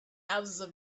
houses